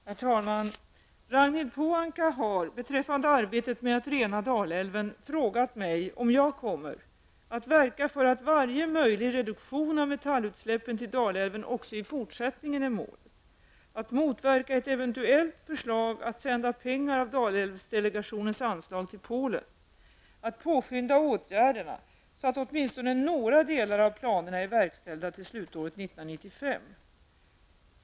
Herr talman! Ragnhild Pohanka har fråga mig beträffande arbetet med att rena Dalälven om jag kommer -- att verka för att varje möjlig reduktion av metallutsläppen till Dalälven också i fortsättningen är målet, -- att motverka ett eventuellt förslag att sända pengar av Dalälvsdelegationens anslag till Polen, -- att påskynda åtgärderna så att åtminstone några delar av planerna är verkställda till slutåret 1995.